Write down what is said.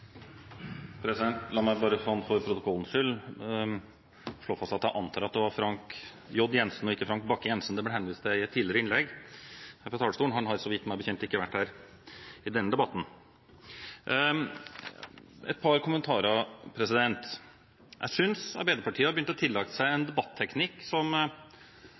J. Jenssen og ikke Frank Bakke-Jensen det ble henvist til i et tidligere innlegg her fra talerstolen – han har så vidt jeg vet ikke vært her under denne debatten. Et par kommentarer: Jeg synes Arbeiderpartiet har begynt å tillegge seg en